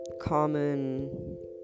common